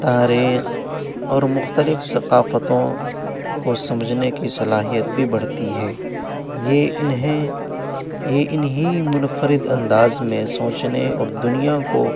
تاریخ اور مختلف ثقافتوں کو سمجھنے کی صلاحیت بھی بڑھتی ہے یہ انہیں یہ ان ہی منفرد انداز میں سوچنے اور دنیا کو